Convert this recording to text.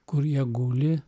kur jie guli